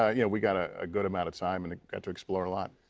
ah yeah we got ah a good amount of time and got to explore a lot.